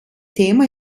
thema